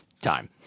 time